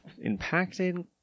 impacted